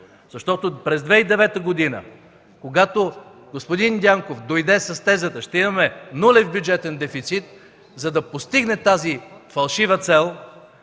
Защото през 2009 г., когато господин Дянков дойде с тезата: „Ще имаме нулев бюджетен дефицит”, за да постигне тази фалшива цел,